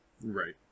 Right